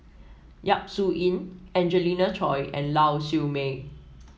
Yap Su Yin Angelina Choy and Lau Siew Mei